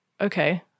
okay